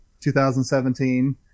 2017